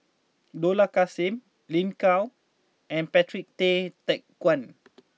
Dollah Kassim Lin Gao and Patrick Tay Teck Guan